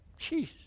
Jeez